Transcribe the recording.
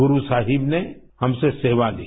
गुरु साहिब ने हमसे सेवा ली